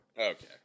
Okay